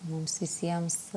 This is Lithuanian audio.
mums visiems